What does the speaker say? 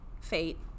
fate